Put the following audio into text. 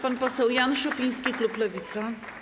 Pan poseł Jan Szopiński, klub Lewica.